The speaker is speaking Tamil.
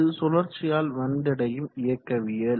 அது சுழற்சியில் வந்தடையும் இயக்கவியல்